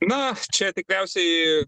na čia tikriausiai